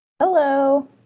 Hello